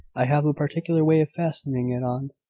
i have a particular way of fastening it on.